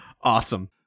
Awesome